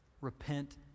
repent